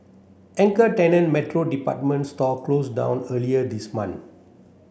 anchor tenant Metro department store closed down earlier this month